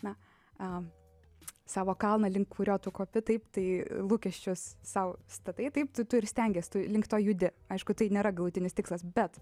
na a savo kalną link kurio tu kopi taip tai lūkesčius sau statai taip tu tu ir stengiesi tu link to judi aišku tai nėra galutinis tikslas bet